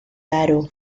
haro